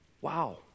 Wow